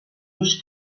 ulls